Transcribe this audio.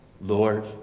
Lord